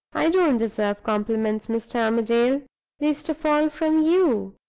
i don't deserve compliments, mr. armadale least of all from you.